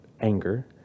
anger